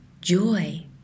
joy